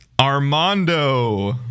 Armando